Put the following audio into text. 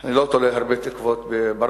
אני לא תולה תקוות בברק,